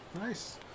Nice